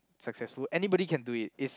successful anybody can do it's